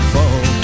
Fall